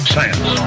Science